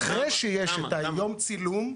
אחרי שיש את יום הצילום.